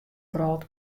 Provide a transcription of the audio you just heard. wrâld